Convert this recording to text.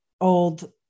old